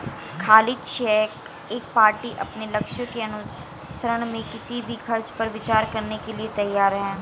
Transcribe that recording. खाली चेक एक पार्टी अपने लक्ष्यों के अनुसरण में किसी भी खर्च पर विचार करने के लिए तैयार है